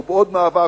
ובעוד מאבק,